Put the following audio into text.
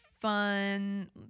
fun